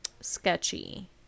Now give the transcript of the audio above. sketchy